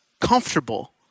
comfortable